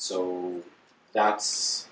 so that's